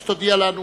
והיא תודיע לנו